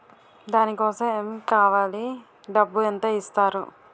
దాని కోసం ఎమ్ కావాలి డబ్బు ఎంత ఇస్తారు?